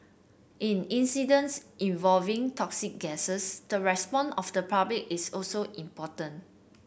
in incidents involving toxic gases the response of the public is also important